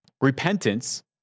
repentance